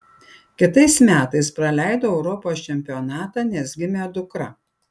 kitais metais praleidau europos čempionatą nes gimė dukra